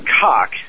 cock